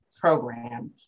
program